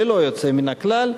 ללא יוצא מן הכלל,